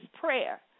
prayer